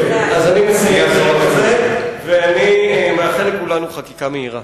אז אני מסיים בזה, ואני מאחל לכולנו חקיקה מהירה.